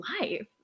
life